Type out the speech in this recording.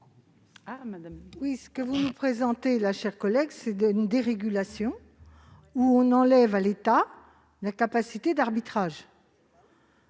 vote. Ce que vous nous proposez, ma chère collègue, c'est une dérégulation : on retire à l'État sa capacité d'arbitrage.